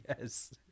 Yes